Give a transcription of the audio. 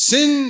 Sin